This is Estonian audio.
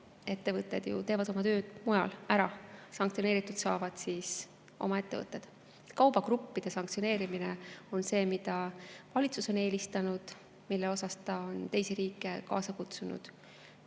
Veoettevõtted teevad ju oma töö mujal ära, sanktsioneeritud saavad oma ettevõtted. Kaubagruppide sanktsioneerimine on see, mida valitsus on eelistanud ja milleks ta on ka teisi riike kaasa kutsunud.